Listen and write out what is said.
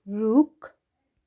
रुख